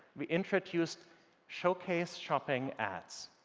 we introduced showcase shopping ads.